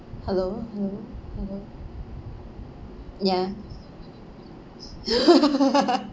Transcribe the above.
hello hello hello ya